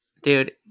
Dude